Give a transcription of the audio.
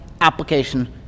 application